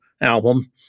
album